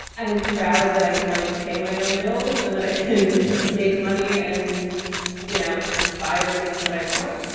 i'm proud that i can like pay my own bills and that i can yeah make money. and you know buy the things that i want.